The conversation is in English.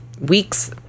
weeks